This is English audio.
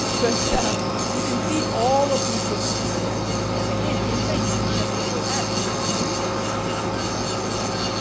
but you can see all of these different areas and and again same thing. you can check the little x, you can remove it like you don't want to be targeted for that.